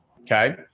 okay